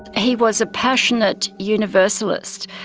he was a passionate universalist.